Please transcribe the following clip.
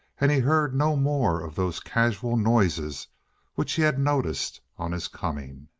and he heard no more of those casual noises which he had noticed on his coming.